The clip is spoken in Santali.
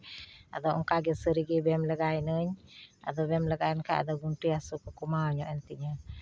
ᱟᱫᱚ ᱚᱝᱠᱟ ᱜᱮ ᱥᱟᱹᱨᱤᱜᱮ ᱵᱮᱭᱟᱢ ᱞᱮᱜᱟᱭᱮᱱᱟᱹᱧ ᱟᱫᱚ ᱵᱮᱭᱟᱢ ᱞᱮᱜᱟᱭᱮᱱ ᱠᱷᱟᱱ ᱟᱫᱚ ᱜᱚᱱᱴᱷᱮ ᱦᱟᱹᱥᱩ ᱠᱚ ᱠᱚᱢᱟᱣ ᱧᱚᱜᱼᱮᱱ ᱛᱤᱧᱟᱹ